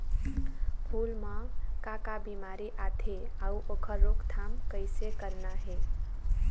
फूल म का का बिमारी आथे अउ ओखर रोकथाम कइसे करना हे?